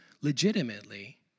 legitimately